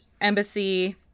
Embassy